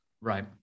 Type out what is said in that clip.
Right